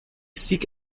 seek